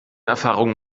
erfahrung